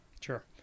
Sure